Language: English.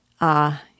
Ah